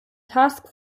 task